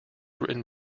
written